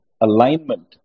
alignment